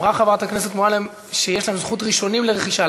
אמרה חברת הכנסת מועלם שיש להם זכות ראשונים לרכישה.